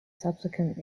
subsequent